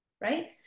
right